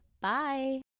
Bye